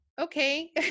okay